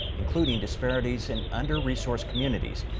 including disparities in under-resourced communities,